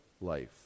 life